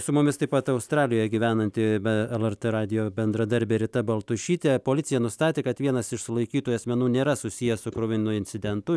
su mumis taip pat australijoje gyvenanti be lrt radijo bendradarbė rita baltušytė policija nustatė kad vienas iš sulaikytųjų asmenų nėra susijęs su kruvinu incidentu